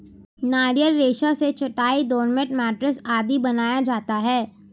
नारियल रेशा से चटाई, डोरमेट, मैटरेस आदि बनाया जाता है